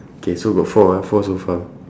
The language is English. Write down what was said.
okay so got four ah four so far